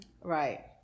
Right